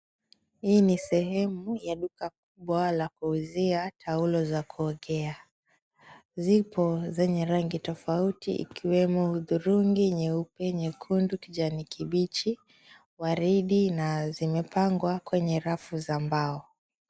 Hii ni sehemu ya duka kubwa la kuuzia taulo za kuogea. Zipo zenye rangi tofauti ikiwemo; hudhurungi, nyeupe, nyekundu, kijani kibichi, waridi na zimepangwa kwenye rafu za mbao.